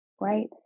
right